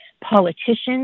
politicians